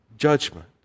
Judgment